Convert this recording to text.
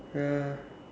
ya